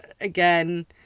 again